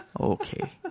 okay